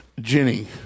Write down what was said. Jenny